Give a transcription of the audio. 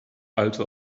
also